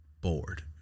Bored